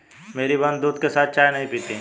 मेरी बहन दूध के साथ चाय नहीं पीती